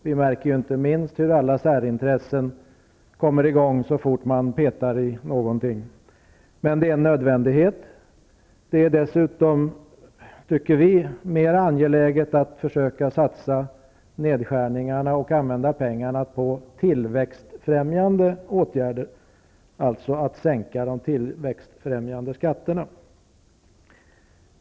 Vi märker inte minst hur alla särintressen kommer i gång så fort man petar i någonting. Men det är en nödvändighet. Vi tycker dessutom att det är mer angeläget att försöka satsa på tillväxtfrämjande åtgärder, dvs. att sänka de tillväxthämmande skatterna.